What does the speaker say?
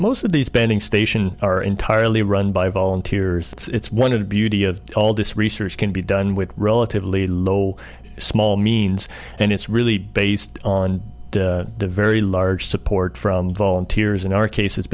most of these spending station are entirely run by volunteers it's one of the beauty of all this research can be done with relatively low small means and it's really based on the very large support from volunteers in our case it's